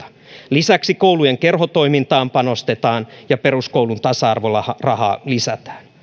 lisäksi koulujen kerhotoimintaan panostetaan ja peruskoulun tasa arvorahaa lisätään